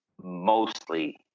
mostly